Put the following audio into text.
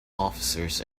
officers